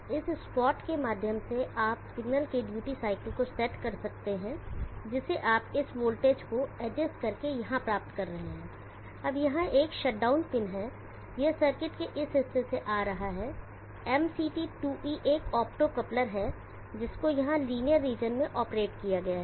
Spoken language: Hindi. इस स्पाट के माध्यम से आप सिग्नल के ड्यूटी साइकिल को सेट कर सकते हैं जिसे आप इस वोल्टेज को एडजस्ट करके यहां प्राप्त कर रहे हैं अब यहां एक शटडाउन पिन है यह सर्किट के इस हिस्से से आ रहा है MCT2E एक ऑप्टोकोप्लर है जिसको यहां लिनियर रीजन में ऑपरेट किया गया है